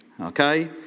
Okay